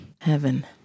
Heaven